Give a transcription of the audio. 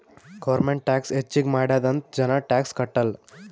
government tax ಹೆಚ್ಚಿಗ್ ಮಾಡ್ಯಾದ್ ಅಂತ್ ಜನ ಟ್ಯಾಕ್ಸ್ ಕಟ್ಟಲ್